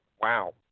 wow